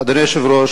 אדוני היושב-ראש,